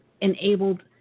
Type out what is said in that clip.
enabled